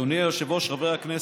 אדוני היושב-ראש, חברי הכנסת,